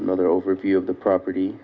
another overview of the property